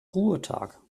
ruhetag